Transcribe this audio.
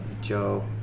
Joe